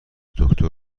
دکتر